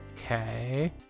okay